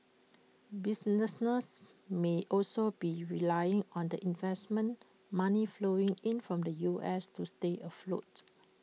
businesses may also be relying on the investment money flowing in from the U S to stay afloat